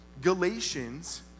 Galatians